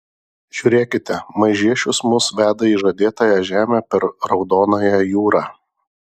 žiūrėkite maižiešius mus veda į žadėtąją žemę per raudonąją jūrą